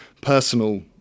personal